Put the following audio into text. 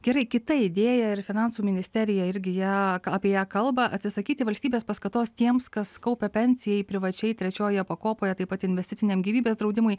gerai kita idėja ir finansų ministerija irgi ją apie ją kalba atsisakyti valstybės paskatos tiems kas kaupia pensijai privačiai trečiojoje pakopoje taip pat investiciniam gyvybės draudimui